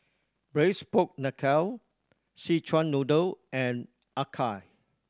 Braised Pork Knuckle Szechuan Noodle and acar